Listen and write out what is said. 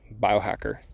biohacker